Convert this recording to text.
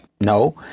no